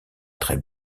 très